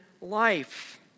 life